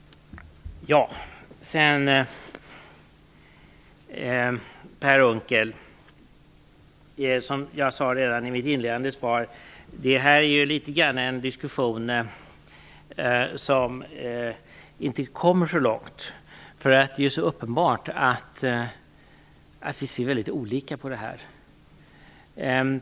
Per Unckel! Som jag sade redan i mitt inledande svar är detta en diskussion som inte kommer så långt. Det är uppenbart att vi ser väldigt olika på det här.